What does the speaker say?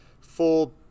full